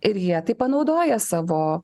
ir jie tai panaudoja savo